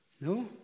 No